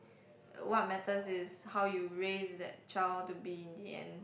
what matters is how you raise that child to be in the end